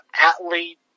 athlete